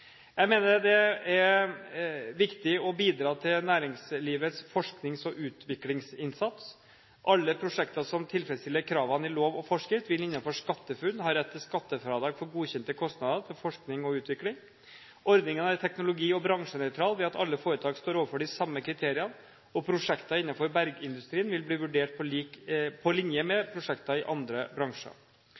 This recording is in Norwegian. Jeg mener det er viktig å bidra til næringslivets forsknings- og utviklingsinnsats. Alle prosjekter som tilfredsstiller kravene i lov og forskrift, vil innenfor SkatteFUNN ha rett til skattefradrag for godkjente kostnader til forskning og utvikling. Ordningen er teknologi- og bransjenøytral ved at alle foretak står overfor de samme kriteriene, og prosjekter innenfor bergindustrien vil bli vurdert på linje med prosjekter i andre bransjer.